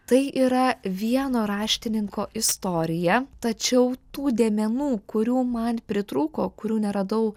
tai yra vieno raštininko istorija tačiau tų dėmenų kurių man pritrūko kurių neradau